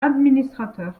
administrateur